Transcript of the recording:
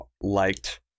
liked